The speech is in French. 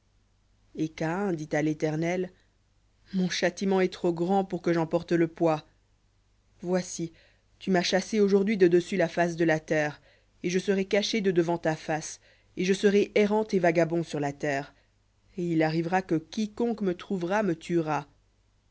et caïn dit à l'éternel mon châtiment est trop grand pour que j'en porte le poids voici tu m'as chassé aujourd'hui de dessus la face de la terre et je serai caché de devant ta face et je serai errant et vagabond sur la terre et il arrivera que quiconque me trouvera me tuera